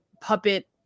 puppet